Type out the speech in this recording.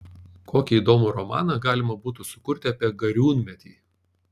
kokį įdomų romaną galima būtų sukurti apie gariūnmetį